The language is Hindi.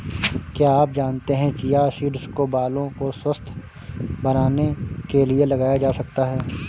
क्या आप जानते है चिया सीड्स को बालों को स्वस्थ्य बनाने के लिए लगाया जा सकता है?